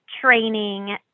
training